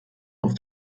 auf